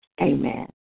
Amen